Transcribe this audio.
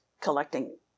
collecting